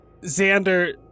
Xander